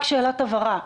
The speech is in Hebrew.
רק שאלת הבהרה.